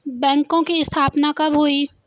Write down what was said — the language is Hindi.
बैंकों की स्थापना कब हुई?